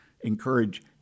Encourage